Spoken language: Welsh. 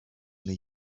wnei